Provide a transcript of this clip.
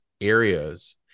areas